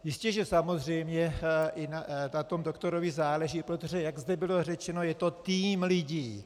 Jistěže samozřejmě i na doktorovi záleží, protože jak zde bylo řečeno, je to tým lidí.